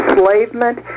enslavement